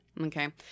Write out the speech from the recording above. Okay